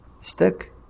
stick